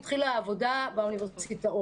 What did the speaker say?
התחילה העבודה באוניברסיטאות,